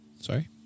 sorry